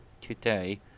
today